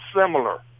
similar